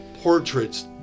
portraits